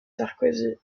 sarkozy